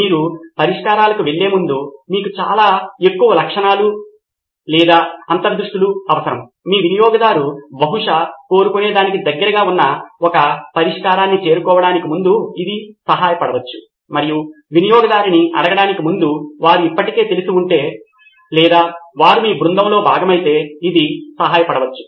మీరు పరిష్కారాలకు వెళ్ళే ముందు మీకు చాలా ఎక్కువ లక్షణాలు లేదా అంతర్దృష్టులు అవసరం మీ వినియోగదారు బహుశా కోరుకునే దానికి దగ్గరగా ఉన్న ఒక పరిష్కారాన్ని చేరుకోవడానికి ముందు ఇది సహాయపడవచ్చు మరియు వినియోగదారుని అడగడానికి ముందు వారు ఇప్పటికే తెలిసి ఉంటే లేదా వారు మీ బృందంలో భాగమైతే ఇది సహాయపడవచ్చు